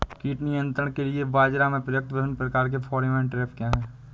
कीट नियंत्रण के लिए बाजरा में प्रयुक्त विभिन्न प्रकार के फेरोमोन ट्रैप क्या है?